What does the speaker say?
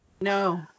No